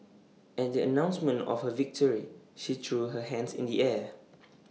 at the announcement of her victory she threw her hands in the air